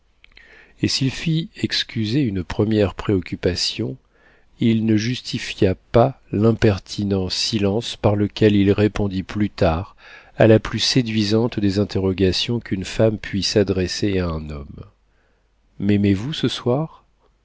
et s'il fit excuser une première préoccupation il ne justifia pas l'impertinent silence par lequel il répondit plus tard à la plus séduisante des interrogations qu'une femme puisse adresser à un homme m'aimez-vous ce soir